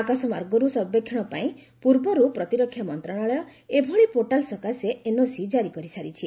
ଆକାଶମାର୍ଗରୁ ସର୍ବେକ୍ଷଣ ପାଇଁ ପୂର୍ବରୁ ପ୍ରତିରକ୍ଷା ମନ୍ତ୍ରଣାଳୟ ଏଭଳି ପୋର୍ଟାଲ୍ ସକାଶେ ଏନ୍ଓସି ଜାରି କରିସାରିଛି